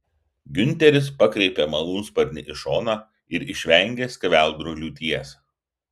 giunteris pakreipė malūnsparnį į šoną ir išvengė skeveldrų liūties